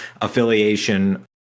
affiliation